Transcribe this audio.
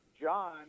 John